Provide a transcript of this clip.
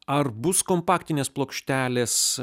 ar bus kompaktinės plokštelės